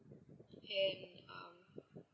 then um